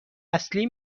اصلی